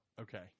okay